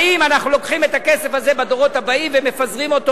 האם אנחנו לוקחים את הכסף הזה בדורות הבאים ומפזרים אותו